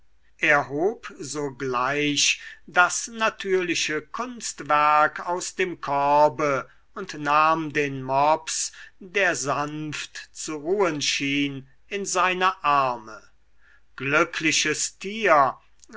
hob sogleich das natürliche kunstwerk aus dem korbe und nahm den mops der sanft zu ruhen schien in seine arme glückliches tier